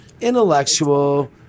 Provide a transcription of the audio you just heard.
intellectual